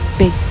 big